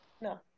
No